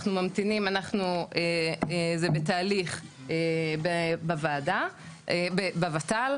אנחנו ממתינים אנחנו זה בתהליך בוועדה בוות"ל,